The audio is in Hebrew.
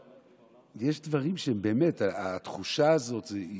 יש דברים שהם באמת, התחושה הזאת היא